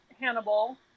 Hannibal